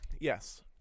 Yes